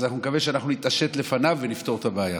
אני מקווה שאנחנו נתעשת לפניו ונפתור את הבעיה.